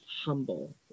Humble